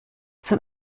zum